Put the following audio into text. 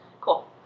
Cool